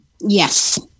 Yes